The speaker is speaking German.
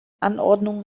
anordnungen